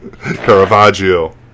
Caravaggio